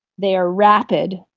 they are rapid,